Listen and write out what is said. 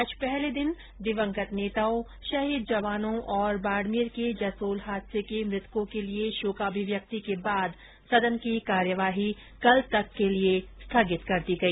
आज पहले दिन दिवंगत नेताओं शहीद जवानों और बाडमेर के जसोल हादसे के मृतकों के लिये शोकाभिव्यक्ति के बाद सदन की कार्यवाही कल तक के लिये स्थगित कर दी गई